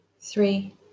three